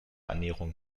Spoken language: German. annäherung